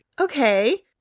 Okay